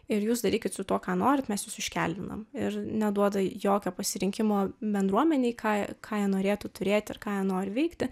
ir jūs darykit su tuo ką norit mes jus iškeldinam ir neduoda jokio pasirinkimo bendruomenei ką ką jie norėtų turėti ir ką nori veikti